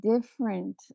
different